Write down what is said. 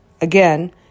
again